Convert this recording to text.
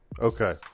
Okay